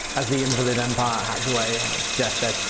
as the invalid empire hacked away on its deathbed,